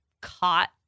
caught